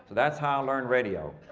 that's how learnt radio.